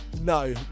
No